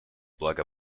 благо